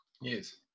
Yes